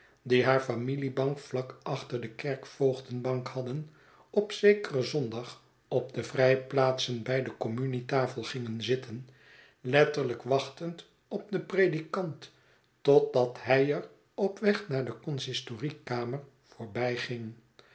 die haar familiebank vlak achter de kerkvoogdenbank hadden op zekeren zondag op de vrijplaatsen bij de communietafel gingen zitten letterlijk wachtend op den predikant totdat hij er op weg naar de consistoriekamer